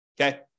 okay